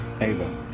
Ava